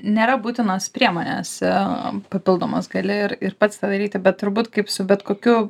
nėra būtinos priemonės a papildomos gali ir ir pats tą daryti bet turbūt kaip su bet kokiu